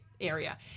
area